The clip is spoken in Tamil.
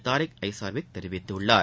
தரிக் ஜசார்விக் தெரிவித்துள்ளார்